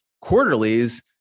quarterlies